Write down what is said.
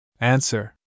Answer